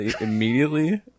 immediately